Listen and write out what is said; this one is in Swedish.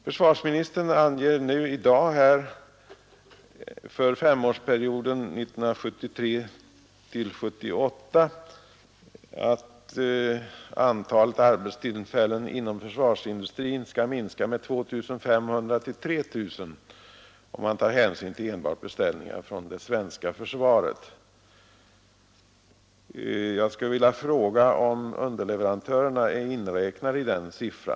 Försvarsministern anger i dag att antalet arbetstillfällen inom försvarsindustrin för femårsperioden 1973-1978 skall minska med 2 500—-3 000, om man tar hänsyn till enbart beställningar från det svenska försvaret. Jag skulle vilja fråga om underleverantörerna är inräknade i den siffran.